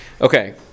Okay